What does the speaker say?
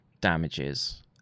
damages